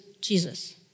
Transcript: Jesus